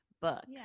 books